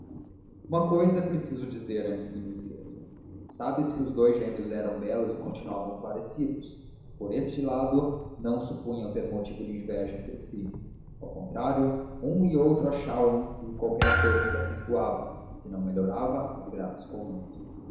uma cousa é preciso dizer antes que me esqueça sabes que os dous gêmeos eram belos e continuavam parecidos por esse lado não supunham ter motivo de inveja entre si ao contrário um e outro achavam em si qualquer cousa que acentuava se não melhorava as graças comuns